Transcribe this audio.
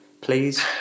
please